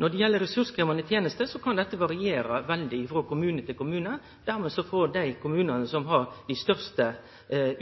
Når det gjeld ressurskrevjande tenester, kan dette variere veldig frå kommune til kommune. Dermed får dei kommunane som har dei største